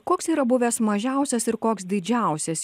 koks yra buvęs mažiausias ir koks didžiausias